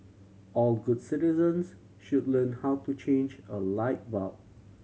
all good citizens should learn how to change a light bulb